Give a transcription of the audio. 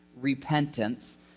repentance